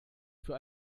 für